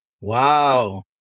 wow